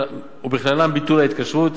ובכללן ביטול ההתקשרות.